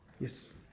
Yes